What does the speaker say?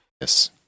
Yes